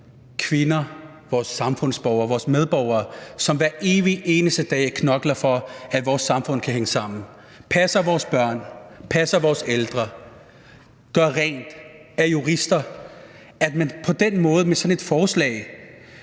kvinder, vores samfundsborgere, vores medborgere, som hver evig eneste dag knokler for, at vores samfund kan hænge sammen, og som passer vores børn, passer vores ældre, gør rent, er jurister, og at man på den måde med sådan et forslag